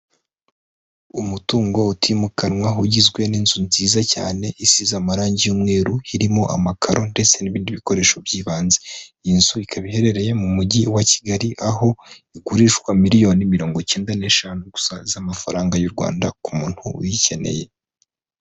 Umutungo utimukanwa ugizwe n'inzu nziza cyane isize amarangi y'umweru, irimo amakaro ndetse n'ibindi bikoresho by'ibanze. Iyi nzu ikaba iherereye mu mujyi wa Kigali, aho igurishwa miliyoni mirongo icyenda n'eshanu gusa z'amafaranga y'u Rwanda ku muntu uyikeneye.